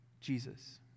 Jesus